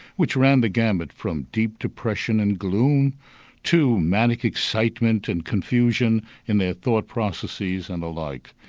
which ran the gambit from deep depression and gloom to manic excitement and confusion in their thought processes and the like.